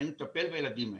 ואני מטפל בילדים האלה.